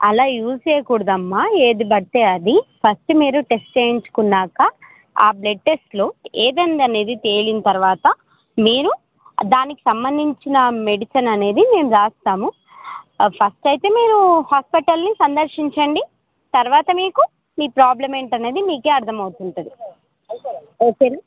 అలా యూజ్ చేయకూడదు అమ్మా ఏది పడితే అది ఫస్ట్ మీరు టెస్ట్ చేయించుకున్నాక ఆ బ్లడ్ టెస్ట్లో ఏది ఉన్నది అనేది తేలిన తర్వాత మీరు దానికి సంబంధించిన మెడిసిన్ అనేది మేము రాస్తాము ఫస్ట్ అయితే మీరు హాస్పిటల్ని సందర్శించండి తర్వాత మీకు మీ ప్రాబ్లం ఏమిటి అనేది మీకే అర్థమవుతుంటుంది ఓకే